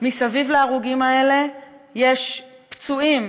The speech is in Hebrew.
מסביב להרוגים האלה יש פצועים,